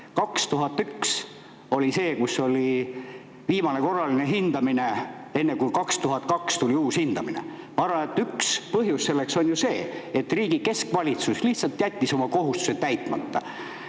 2001 oli aasta, kus oli viimane korraline hindamine, enne kui [2022] tuli uus hindamine. Ma arvan, et üks põhjus on see, et riigi keskvalitsus lihtsalt jättis oma kohustused täitmata.